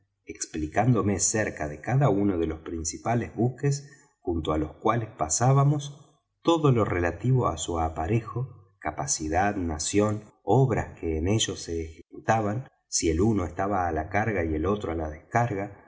explicándome cerca de cada uno de los principales buques junto á los cuales pasábamos todo lo relativo á su aparejo capacidad nación obras que en ellos se ejecutaban si el uno estaba á la carga y el otro á la descarga